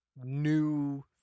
new